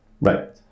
Right